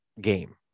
game